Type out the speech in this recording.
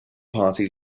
party